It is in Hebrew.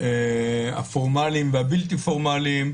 הפורמליים והבלתי פורמליים,